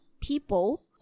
people